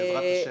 --- בעזרת השם.